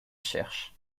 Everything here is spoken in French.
cherche